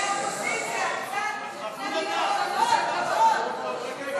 זה לא מכובד,